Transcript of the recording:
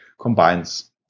combines